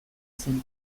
zen